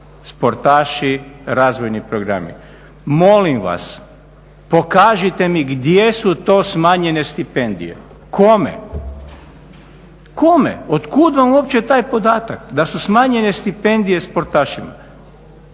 sportaši, razvojni programi. Molim vas gdje su to smanjene stipendije? Kome? Od kud vam uopće taj podatak da su smanjene stipendije sportašima?